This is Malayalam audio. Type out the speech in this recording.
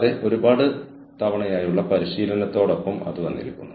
പിന്നെ ഒരു ഡ്രയർ എന്ന ആശയം ഉണ്ടായിരുന്നു